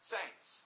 Saints